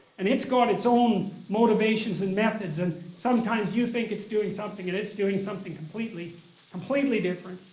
and it's got its own motivations and methods and sometimes you think it's doing something, and it's doing something completely completely different.